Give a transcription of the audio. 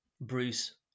Bruce